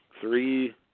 three